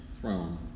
throne